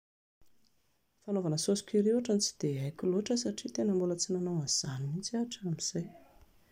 Ny fanaovana saosy curry ohatran'ny tsy dia haiko loatra satria tena tsy mbola nanao an'izany mihintsy aho hatramin'izay